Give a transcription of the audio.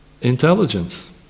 intelligence